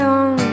on